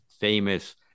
famous